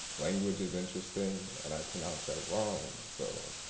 language is interesting and i pronounce that wrong so